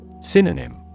Synonym